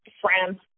France